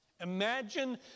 Imagine